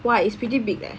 why it is pretty big leh